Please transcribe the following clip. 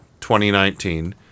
2019